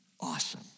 awesome